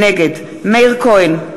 נגד מאיר כהן,